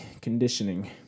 conditioning